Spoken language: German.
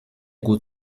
gut